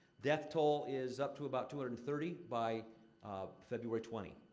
death toll is up to about two hundred and thirty by february twenty.